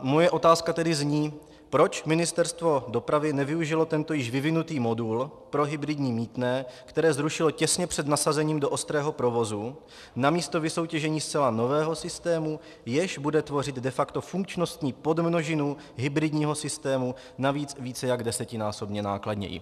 Moje otázka tedy zní: Proč Ministerstvo dopravy nevyužilo tento již vyvinutý modul pro hybridní mýtné, které zrušilo těsně před nasazením do ostrého provozu, namísto vysoutěžení zcela nového systému, jež bude tvořit de facto funkčnostní podmnožinu hybridního systému, navíc více jak desetinásobně nákladněji?